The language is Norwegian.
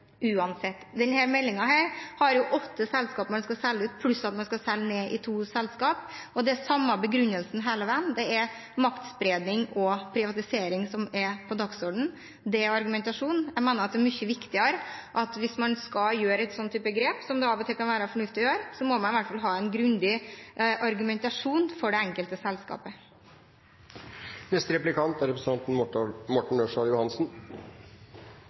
uansett. I denne meldingen er det åtte selskap man skal selge ut, pluss at man skal selge seg ned i to selskaper. Det er samme begrunnelsen hele veien: Det er maktspredning og privatisering som er på dagsordenen – det er argumentasjonen. Jeg mener at det er mye viktigere hvis man skal gjøre en sånn type grep, som det av og til kan være fornuftig å gjøre, at man i hvert fall har en grundig argumentasjon for det enkelte